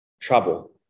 trouble